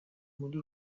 muri